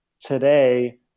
today